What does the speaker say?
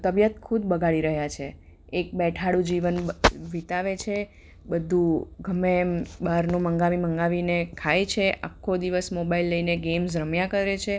તબિયત ખુદ બગાડી રહ્યાં છે એક બેઠાડું જીવન વિતાવે છે બધું ગમે એમ બહારનું મંગાવી મંગાવીને ખાય છે આખો દિવસ મોબાઈલ લઈને ગેમ્સ રમ્યાં કરે છે